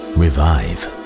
revive